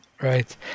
Right